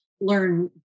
learn